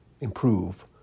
improve